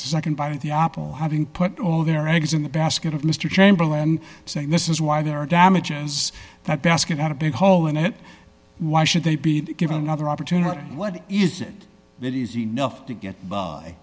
of nd by the apple having put all their eggs in the basket of mr chamberlain saying this is why there are damages that basket had a big hole in it why should they be given another opportunity what is it that is enough to get by